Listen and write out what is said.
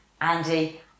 Andy